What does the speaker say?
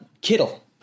Kittle